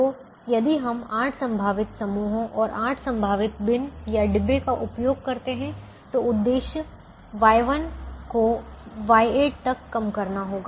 तो यदि हम 8 संभावित समूहों और 8 संभावित बिनडिब्बे का उपयोग करते हैं तो उद्देश्य Y1 को Y8 तक कम करना होगा